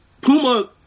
Puma